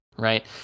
Right